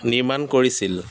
নিৰ্মাণ কৰিছিল